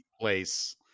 place